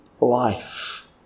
life